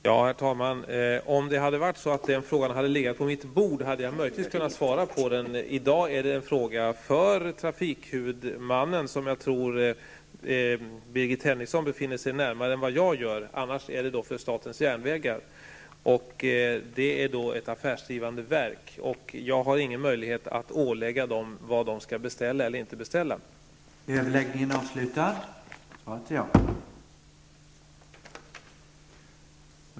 Herr talman! Om den frågan hade legat på mitt bord hade jag möjligen kunnat svara på den. I dag är det en fråga för trafikhuvudmannen, som jag tror att Birgit Henriksson befinner sig närmare än vad jag gör. I annat fall är det en fråga för statens järnvägar. Det är ett affärsdrivande verk. Jag har ingen möjlighet att ålägga det föreskrifter om vad det skall eller inte skall beställa.